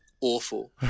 awful